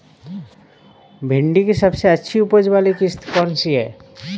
भिंडी की सबसे अच्छी उपज वाली किश्त कौन सी है?